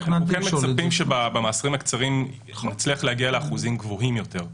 אתם מצפים שבמאסרים הקצרים נצליח להגיע לאחוזים גבוהים יותר.